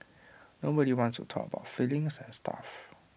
nobody wants to talk about feelings and stuff